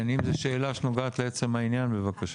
אם זו שאלה שנוגעת לעצם העניין, בבקשה.